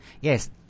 Yes